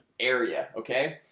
area, okay,